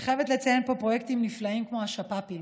אני חייבת לציין פה פרויקטים נפלאים כמו השפ"פים.